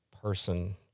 person